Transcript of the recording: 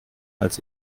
als